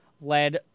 led